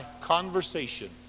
conversation